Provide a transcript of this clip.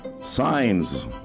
signs